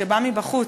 שבא מבחוץ,